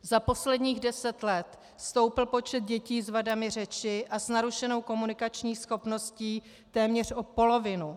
Za posledních deset let stoupl počet dětí s vadami řeči a s narušenou komunikační schopností téměř o polovinu.